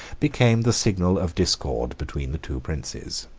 became the signal of discord between the two princes.